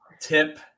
tip